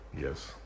Yes